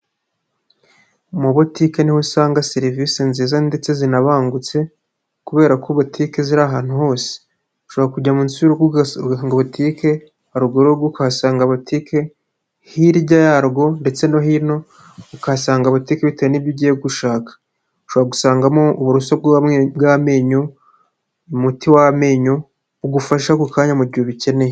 Muri botike niho usanga serivisi nziza ndetse zinabangutse kubera ko butike ziri ahantu hose, ushobora kujya munsi y'urugo ukahasanga butike haruguru uhasanga butike hirya yarwo ndetse no hino ukahasanga butike bitewe n' nibyo ugiye gushaka. Ushobora gusangamo uburoso bw'amenyo, umuti w'amenyo ugufasha ako kanya mu gihe ubikeneye.